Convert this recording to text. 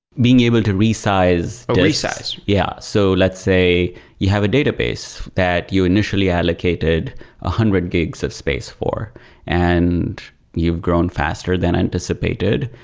being able to resize. oh, resize yeah. so let's say you have a database that you initially allocated a hundred gigs of space for and you've grown faster than anticipated,